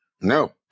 No